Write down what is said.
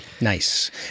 Nice